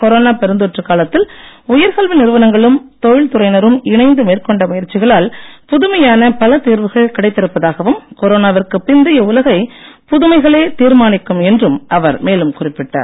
corona பெருந்தொற்று காலத்தில் உயர்கல்வி நிறுவனங்களும் தொழில் துறையினரும் இணைந்து மேற்கொண்ட முயற்சிகளால் புதுமையான பல தீர்வுகள் கிடைத்திருப்பதாகவும் கொரோனாவிற்கு பிந்தைய உலகை புதுமைகளே தீர்மானிக்கும் என்றும் அவர் மேலும் குறிப்பிட்டார்